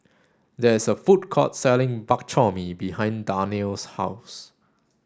there is a food court selling Bak Chor Mee behind Darnell's house